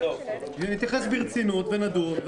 ונתייחס ברצינות ונדון,